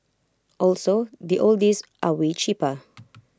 also the oldies are way cheaper